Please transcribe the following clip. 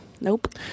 Nope